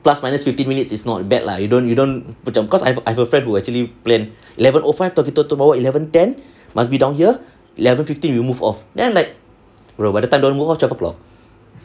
plus minus fifteen minutes is not bad lah you don't you don't macam because I've I've a friend who actually plan eleven O five kita turun bawah eleven ten must be down here eleven fifteen we move off then I'm like bro by the time we move off twelve o'clock